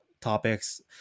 topics